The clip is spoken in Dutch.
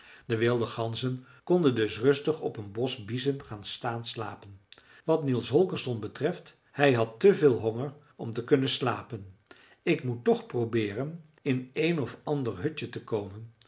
de wilde ganzen konden dus rustig op een bos biezen gaan staan slapen wat niels holgersson betreft hij had te veel honger om te kunnen slapen ik moet toch probeeren in een of ander hutje te komen